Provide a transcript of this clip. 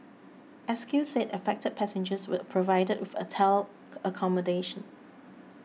S Q said affected passengers were provided with hotel accommodation